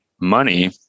money